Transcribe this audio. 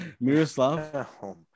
Miroslav